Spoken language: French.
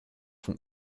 font